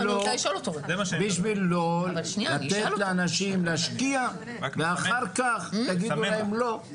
בשביל לא לתת לאנשים להשקיע ואחר כך תגידו להם לא.